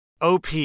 OP